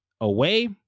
away